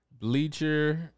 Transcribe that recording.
Bleacher